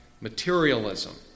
Materialism